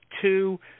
two